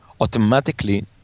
automatically